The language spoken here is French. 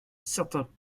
certains